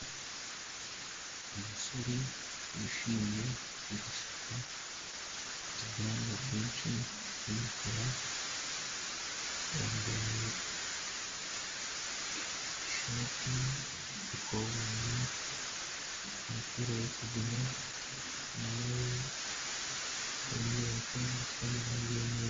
Umusore wishimye ari guseka afite ubwanwa bwinshi bw'umukara yambaye ishati y'ikoboyi umupira w'ikigina, inyuma ye hari inyubako zifite amarangi y'umweru.